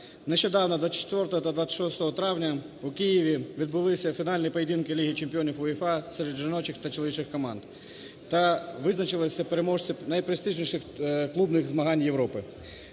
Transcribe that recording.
Нещодавно 24 та 26 травня у Києві відбулися фінальні поєдинки Ліги Чемпіонів УЄФА серед жіночих та чоловічих команд та визначилися переможці найпрестижніших клубних змагань Європи.